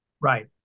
Right